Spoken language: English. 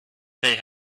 they